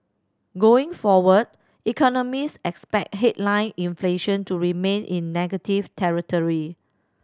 going forward economist expect headline inflation to remain in negative territory